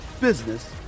business